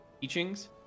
teachings